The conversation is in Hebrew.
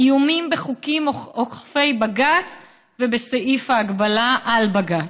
איומים בחוקים עוקפי בג"ץ ובסעיף ההגבלה על בג"ץ.